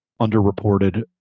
underreported